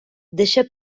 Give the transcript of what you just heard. deixa